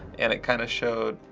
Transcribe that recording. and it kind of showed,